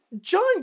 John